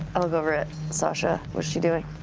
i look over at sasha. what's she doing?